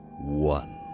One